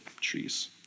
trees